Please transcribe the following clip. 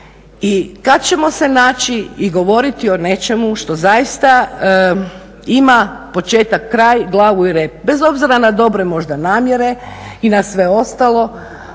i kad ćemo se naći i govoriti o nečemu što zaista ima početak, kraj, glavu i rep? Bez obzira na dobre možda namjere i na sve ostalo